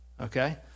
Okay